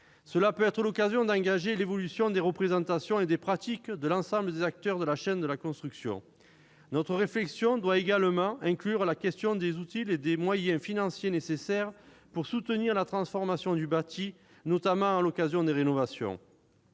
Cela peut être l'occasion d'engager l'évolution des représentations et des pratiques de l'ensemble des acteurs de la chaîne de la construction. Notre réflexion doit également inclure la question des outils et des moyens financiers nécessaires pour soutenir la transformation du bâti, notamment à l'occasion des rénovations.